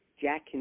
Jack